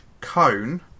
Cone